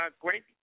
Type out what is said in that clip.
great